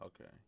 Okay